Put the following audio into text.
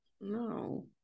No